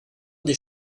des